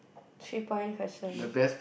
three point question